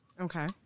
Okay